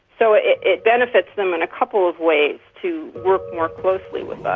so it it benefits them in a couple of ways, to work more closely with